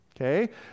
Okay